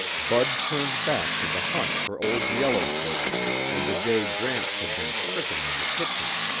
bud turned back to the hunt for old yellowfoot and the day gramps had been stricken in the kitchen.